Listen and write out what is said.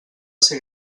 ser